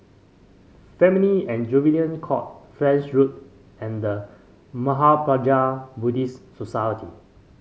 Family and Juvenile Court French Road and The Mahaprajna Buddhist Society